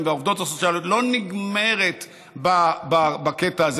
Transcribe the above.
והעובדות הסוציאליות לא נגמרת בקטע הזה.